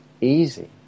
easy